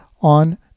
on